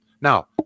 Now